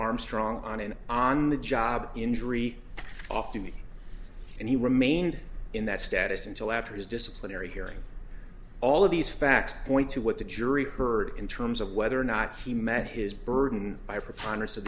armstrong on an on the job injury off to me and he remained in that status until after his disciplinary hearing all of these facts point to what the jury heard in terms of whether or not he met his burden by preponderance of